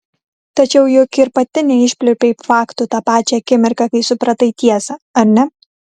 tačiau juk ir pati neišpliurpei faktų tą pačią akimirką kai supratai tiesą ar ne